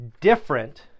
different